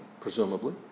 presumably